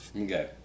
Okay